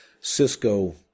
Cisco